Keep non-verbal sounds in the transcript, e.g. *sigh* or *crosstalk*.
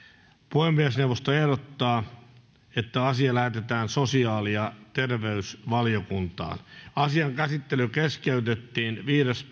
puhemiesneuvosto ehdottaa että asia lähetetään sosiaali ja terveysvaliokuntaan asian käsittely keskeytettiin viides *unintelligible*